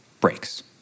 breaks